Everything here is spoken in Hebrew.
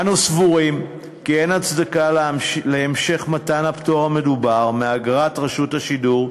אנו סבורים כי אין הצדקה להמשך מתן הפטור המדובר מאגרת רשות השידור,